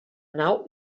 nau